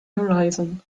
horizon